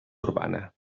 urbana